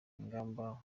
ingamba